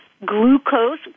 Glucose